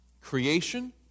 Creation